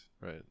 Right